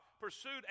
Pursued